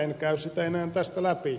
en käy sitä enää tässä läpi